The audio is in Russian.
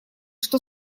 что